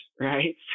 right